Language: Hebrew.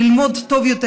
ללמוד טוב יותר,